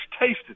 tasted